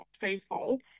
faithful